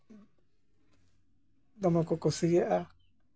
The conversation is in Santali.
ᱫᱚᱢᱮᱠᱚ ᱠᱩᱥᱤᱭᱟᱜᱼᱟ